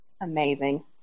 Amazing